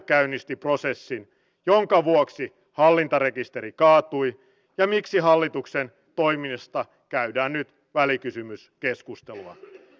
valtion taloudellinen tutkimuskeskus vatt arvioi että onnistunut kotouttamispolitiikka kohentaa sekä maahanmuuttajien että suomalaisten hyvinvointia